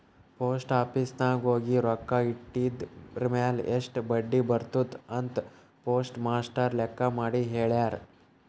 post office ನಾಗ್ ಹೋಗಿ ರೊಕ್ಕಾ ಇಟ್ಟಿದಿರ್ಮ್ಯಾಲ್ ಎಸ್ಟ್ ಬಡ್ಡಿ ಬರ್ತುದ್ ಅಂತ್ ಪೋಸ್ಟ್ ಮಾಸ್ಟರ್ ಲೆಕ್ಕ ಮಾಡಿ ಹೆಳ್ಯಾರ್